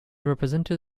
represented